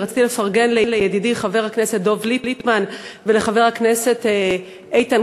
ורציתי לפרגן לידידי חבר הכנסת דב ליפמן ולחבר הכנסת איתן